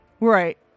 Right